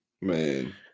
Man